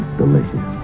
delicious